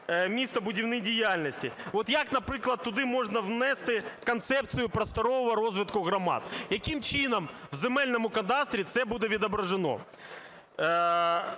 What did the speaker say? містобудівній діяльності. От як, наприклад, туди можна внести концепцію просторового розвитку громад? Яким чином в земельному кадастрі це буде відображено?